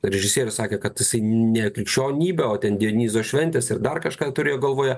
režisierius sakė kad jisai ne krikščionybė o ten dionizo šventės ir dar kažką turėjo galvoje